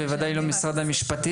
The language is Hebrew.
בוודאי לא את משרד המשפטים.